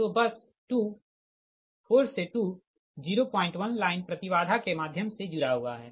तो बस 2 4 से 2 01 लाइन प्रति बाधा के माध्यम से जुड़ा हुआ है